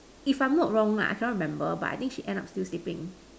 if I'm not wrong lah I cannot remember but I think she end up still sleeping